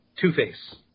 Two-Face